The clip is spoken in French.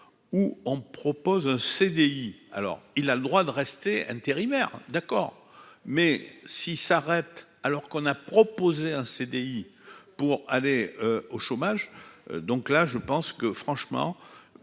où on propose un CDI alors il a le droit de rester intérimaires d'accord, mais s'il s'arrête, alors qu'on a proposé un CDI pour aller au chômage, donc là je pense que franchement